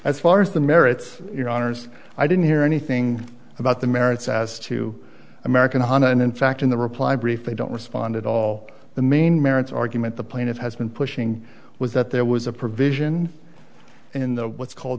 as far as the merits of your honor's i didn't hear anything about the merits as to american honda and in fact in the reply brief they don't respond at all the main merits argument the plaintiff has been pushing was that there was a provision in the what's called